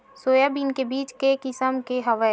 Soybean के बीज के किसम के हवय?